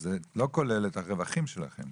זה לא כולל את הרווחים של החברות.